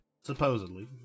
Supposedly